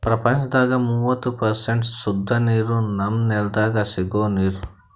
ಪ್ರಪಂಚದಾಗ್ ಮೂವತ್ತು ಪರ್ಸೆಂಟ್ ಸುದ್ದ ನೀರ್ ನಮ್ಮ್ ನೆಲ್ದಾಗ ಸಿಗೋ ನೀರ್